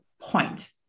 point